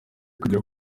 kujya